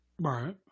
Right